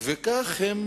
וכך הם